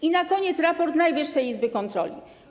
I na koniec raport Najwyższej Izby Kontroli.